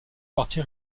partie